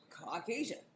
Caucasian